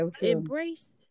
embrace